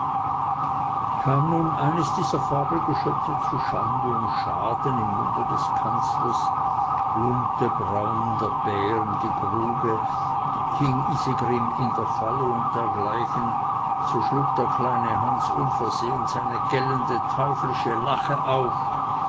kam nun eines dieser fabelgeschöpfe zu schande und schaden im munde des kanzlers plumpte braun der bär in die grube hing isegrim in der falle und dergleichen so schlug der kleine hans unversehens eine gellende teuflische lache auf